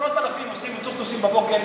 עשרות אלפים נוסעים עם טוסטוסים בבוקר,